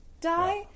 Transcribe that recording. die